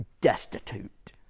destitute